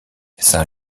saint